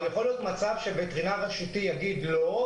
יכול להיות מצב שווטרינר רשותי יגיד לא,